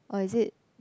or is it